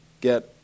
get